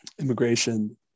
immigration